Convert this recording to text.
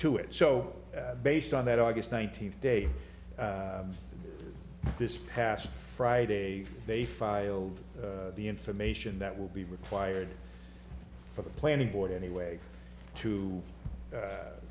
to it so based on that august nineteenth day this past friday they filed the information that will be required for the planning board anyway to